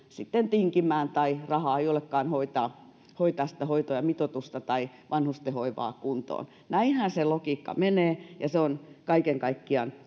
tinkimään tai rahaa ei olekaan hoitaa hoitaa sitä hoitajamitoitusta tai vanhusten hoivaa kuntoon näinhän se logiikka menee ja se on kaiken kaikkiaan